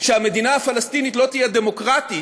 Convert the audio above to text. שהמדינה הפלסטינית לא תהיה דמוקרטית,